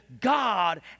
God